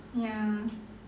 ya